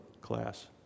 class